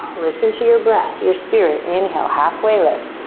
listen to your breath, your spirit. inhale, half way lift.